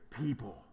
people